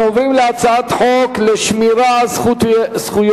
אנחנו עוברים להצעת חוק לשמירה על זכויותיהם